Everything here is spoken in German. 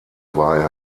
war